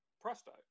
Presto